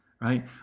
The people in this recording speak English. right